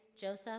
Joseph